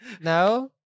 No